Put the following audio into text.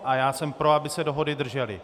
A já jsem pro, aby se dohody držely.